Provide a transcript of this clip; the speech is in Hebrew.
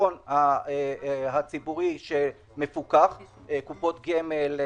בחיסכון הציבורי שמפוקח קופות גמל,